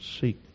seek